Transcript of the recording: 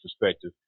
perspective